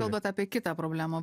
kalbat apie kitą problemą